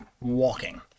walking